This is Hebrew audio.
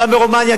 גם ברומניה,